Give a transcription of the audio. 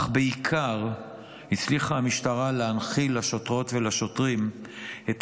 אך בעיקר הצליחה המשטרה להנחיל לשוטרות ולשוטרים את